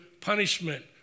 punishment